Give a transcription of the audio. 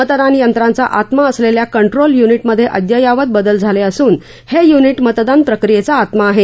मतदान यंत्रांचा आत्मा असलेल्या कंट्रोल यूनिटमध्ये अद्यावत बद्दल झाले असून हे यूनिट मतदान प्रक्रियेचा आत्मा आहे